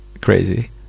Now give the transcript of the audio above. crazy